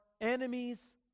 enemies